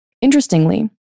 Interestingly